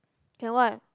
can what